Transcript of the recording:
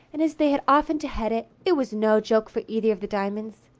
and as they had often to head it, it was no joke for either of the diamonds.